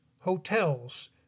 hotels